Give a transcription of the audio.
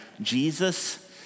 Jesus